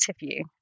interview